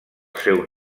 seu